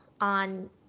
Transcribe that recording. on